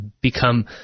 become